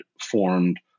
formed